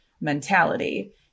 mentality